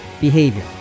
behavior